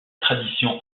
tradition